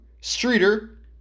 Streeter